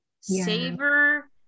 savor